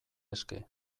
eske